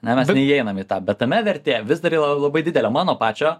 ne mes neįeiname į tą bet tame vertė vis dar yra labai didelė mano pačio